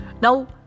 Now